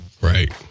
Right